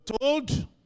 told